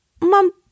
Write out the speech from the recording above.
Mom